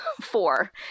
four